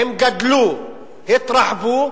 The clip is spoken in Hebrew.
הם גדלו, התרחבו,